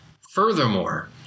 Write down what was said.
Furthermore